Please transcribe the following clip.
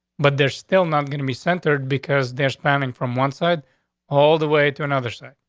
but they're still not gonna be centered because they're spanning from one side all the way to another site.